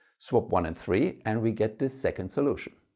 swap one and three and we get this second solution.